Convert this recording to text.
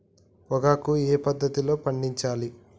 పొగాకు ఏ పద్ధతిలో పండించాలి?